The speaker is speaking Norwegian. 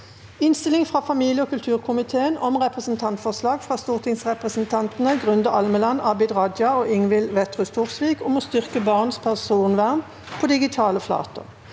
Innstilling fra familie- og kulturkomiteen om Repre- sentantforslag fra stortingsrepresentantene Grunde Almeland, Abid Raja og Ingvild Wetrhus Thorsvik om å styrke barns personvern på digitale flater